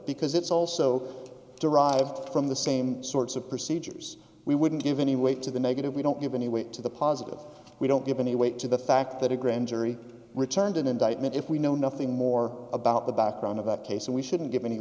because it's also derived from the same sorts of procedures we wouldn't give any weight to the negative we don't give any weight to the positive we don't give any weight to the fact that a grand jury returned an indictment if we know nothing more about the background of that case and we shouldn't give any